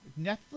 Netflix